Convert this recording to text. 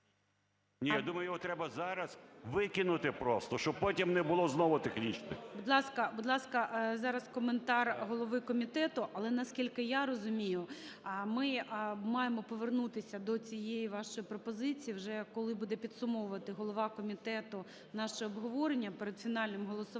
Ні, я думаю, його треба зараз викинути просто, щоб потім не було знову технічних. ГОЛОВУЮЧИЙ. Будь ласка, будь ласка, зараз коментар голови комітету. Але, наскільки я розумію, ми маємо повернутися до цієї вашої пропозиції, вже коли буде підсумовувати голова комітету наше обговорення перед фінальним голосуванням